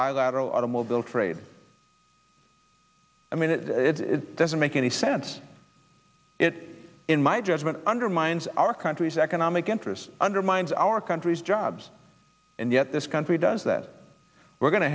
bilateral automobile trade i mean it doesn't make any sense it in my judgment undermines our country's economic interests undermines our country's jobs and yet this country does that we're going to